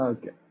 Okay